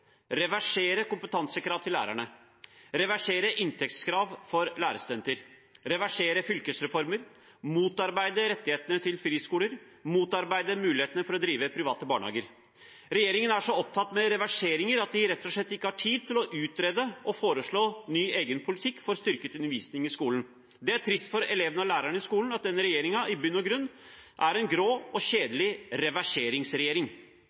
reversere kompetansekrav til lærerne, reversere inntektskrav for lærerstudenter, reversere fylkesreformer, motarbeide rettighetene til friskoler og motarbeide mulighetene for å drive private barnehager. Regjeringen er så opptatt med reverseringer at de rett og slett ikke har tid til å utrede og foreslå ny, egen politikk for styrket undervisning i skolen. Det er trist for elevene og lærerne i skolen at denne regjeringen i bunn og grunn er en grå og